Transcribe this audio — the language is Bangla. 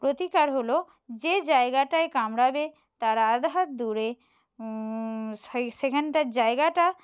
প্রতিকার হল যে জায়গাটায় কামড়াবে তারা আধ হাত দূরে সেই সেখানটার জায়গাটা